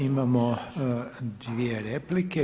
Imamo dvije replike.